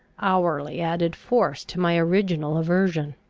hourly added force to my original aversion.